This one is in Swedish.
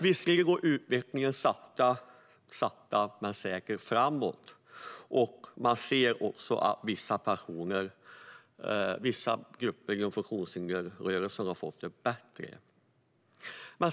Visserligen går utvecklingen sakta men säkert framåt, och man ser att vissa grupper inom funktionshindersrörelsen har fått det bättre.